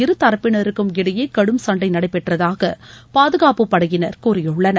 இதரதப்பினருக்கும் இடையே கடும் சண்டை நடைபெற்றதாக பாதுகாப்புப் படையினர் கூறியுள்ளனர்